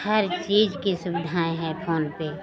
हर चीज़ की सुविधाएँ हैं फोन पर